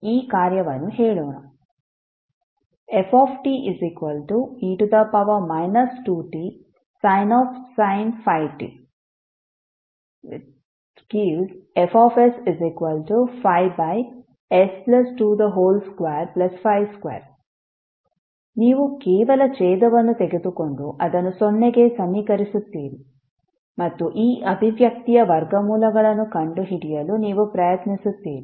ಈ ಕಾರ್ಯವನ್ನು ಹೇಳೋಣ fte 2tsin 5t↔Fs5s2252 ನೀವು ಕೇವಲ ಛೇದವನ್ನು ತೆಗೆದುಕೊಂಡು ಅದನ್ನು ಸೊನ್ನೆಗೆ ಸಮೀಕರಿಸುತ್ತೀರಿ ಮತ್ತು ಈ ಅಭಿವ್ಯಕ್ತಿಯ ವರ್ಗಮೂಲಗಳನ್ನು ಕಂಡುಹಿಡಿಯಲು ನೀವು ಪ್ರಯತ್ನಿಸುತ್ತೀರಿ